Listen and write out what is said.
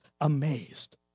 amazed